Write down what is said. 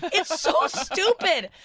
but it's so stupid!